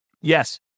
Yes